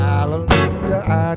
Hallelujah